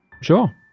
Sure